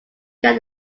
get